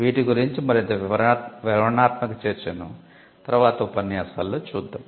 వీటి గురించి మరింత వివరణాత్మక చర్చను తర్వాత ఉపన్యాసాలలో చూద్దాం